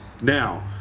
Now